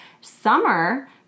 Summer